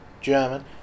German